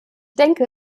denke